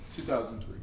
2003